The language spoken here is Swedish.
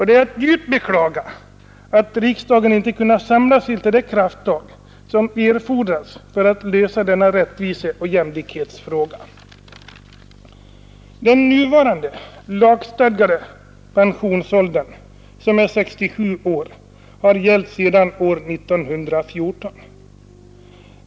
Det är att djupt beklaga att riksdagen inte kunnat samla sig till det krafttag som erfordras för att lösa denna rättviseoch jämlikhetsfråga. Den nuvarande lagstadgade pensionsåldern, som är 67 år, har gällt sedan år 1914.